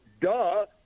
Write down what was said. duh